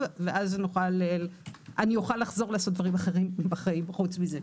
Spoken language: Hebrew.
ואז אוכל לחזור לעשות דברים אחרים בחיים חוץ מזה.